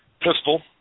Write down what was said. pistol